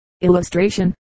illustration